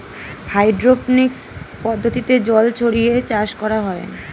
hydroponics পদ্ধতিতে জল ছড়িয়ে চাষ করা হয়